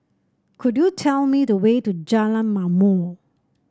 could you tell me the way to Jalan Ma'mor